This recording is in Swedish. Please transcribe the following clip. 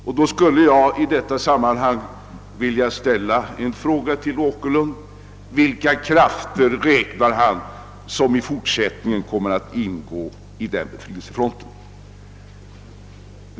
Med anledning därav skulle jag vilja ställa en fråga till herr Åkerlind: Vilka krafter räknar han med såsom ingående i den befrielsefronten?